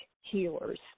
healers